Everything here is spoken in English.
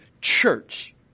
church